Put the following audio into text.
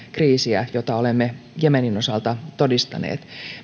kriisiä jota olemme jemenin osalta todistaneet